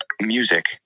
Music